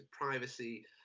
privacy